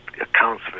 accounts